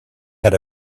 had